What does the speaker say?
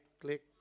click